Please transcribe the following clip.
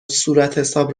صورتحساب